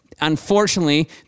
unfortunately